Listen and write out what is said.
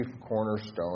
cornerstone